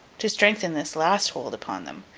to strengthen this last hold upon them,